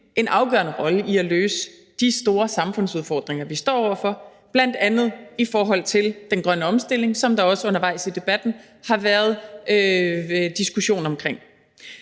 en afgørende rolle i at løse de store samfundsudfordringer, vi står over for, bl.a. i forhold til den grønne omstilling, som der også undervejs i debatten har været diskussion omkring.